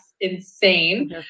insane